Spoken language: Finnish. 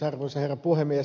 arvoisa herra puhemies